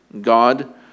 God